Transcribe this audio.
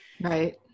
Right